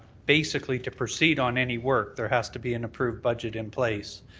basically to proceed on any work, there has to be an approved budget in place.